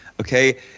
Okay